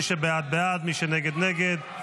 מי שבעד, בעד, מי שנגד, נגד.